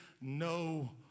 no